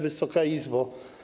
Wysoka Izbo!